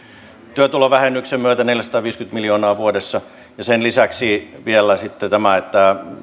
työtulovähennyksen myötä neljäsataaviisikymmentä miljoonaa vuodessa ja sen lisäksi vielä sitten tämä